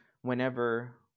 whenever